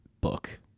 book